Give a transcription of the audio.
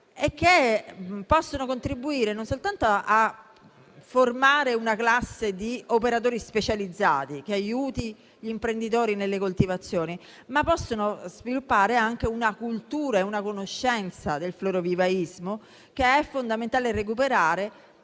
che possono contribuire non soltanto a formare una classe di operatori specializzati che aiuti gli imprenditori nelle coltivazioni, ma anche a sviluppare una cultura e una conoscenza del florovivaismo che è fondamentale recuperare